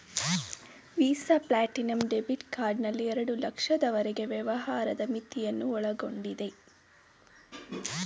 visa platinum debit card ನಲ್ಲಿ ಎರಡು ಲಕ್ಷದವರೆಗೆ ವ್ಯವಹಾರದ ಮಿತಿಯನ್ನು ಒಳಗೊಂಡಿದೆ